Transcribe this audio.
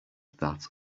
that